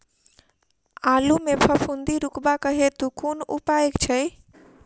आलु मे फफूंदी रुकबाक हेतु कुन उपाय छै?